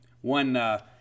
One –